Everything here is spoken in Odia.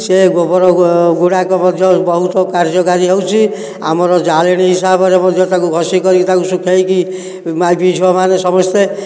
ସେ ଗୋବର ଗୁଡ଼ାକ ମଧ୍ୟ ବହୁତ କାର୍ଯ୍ୟକାରି ହେଉଛି ଆମର ଜାଳେଣୀ ହିସାବରେ ମଧ୍ୟ ତାକୁ ଘଷି କରିକି ତାକୁ ଶୁଖେଇକି ମାଇପି ଝିଅମାନେ ସମସ୍ତେ